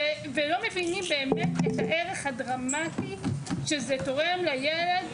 ולא מבינים באמת את הערך הדרמטי שזה תורם לילד,